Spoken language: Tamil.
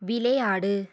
விளையாடு